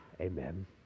Amen